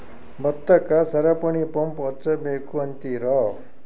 ಭತ್ತಕ್ಕ ಸರಪಣಿ ಪಂಪ್ ಹಚ್ಚಬೇಕ್ ಅಂತಿರಾ?